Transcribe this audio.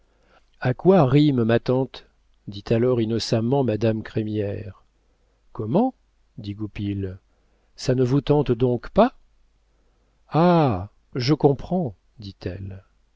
a quoi rime ma tante dit alors innocemment madame crémière comment dit goupil ça ne vous tente donc pas ah je comprends dit-elle